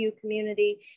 community